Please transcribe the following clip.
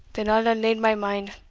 then i'll unlade my mind,